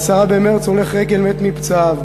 ב-10 במרס הולך רגל מת מפצעיו,